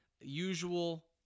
usual